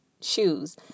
shoes